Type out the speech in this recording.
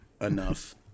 enough